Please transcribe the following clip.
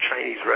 Chinese